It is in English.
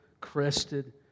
crested